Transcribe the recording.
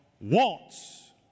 wants